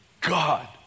God